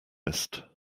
list